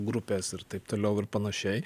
grupės ir taip toliau ir panašiai